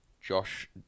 Josh